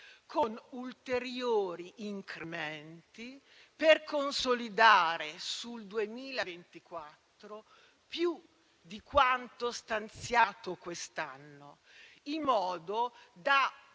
con ulteriori incrementi per consolidare sul 2024 più di quanto stanziato quest'anno, in modo da